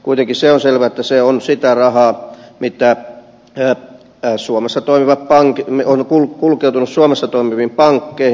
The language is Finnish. kuitenkin se on selvä että se on sitä rahaa mitä ja itä suomessa toimivat hankimme on kulkeutunut suomessa toimiviin pankkeihin